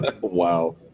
wow